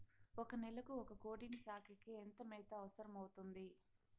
ఒక నెలకు ఒక కోడిని సాకేకి ఎంత మేత అవసరమవుతుంది?